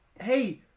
Hey